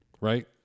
right